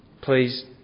Please